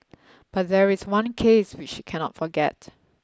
but there is one case which she cannot forget